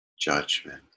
judgment